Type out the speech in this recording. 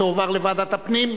לדיון מוקדם בוועדת החינוך,